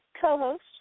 co-host